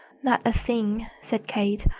not a thing, said kate,